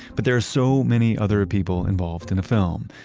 but there are so many other people involved in the film,